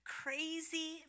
crazy